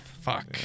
Fuck